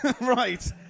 Right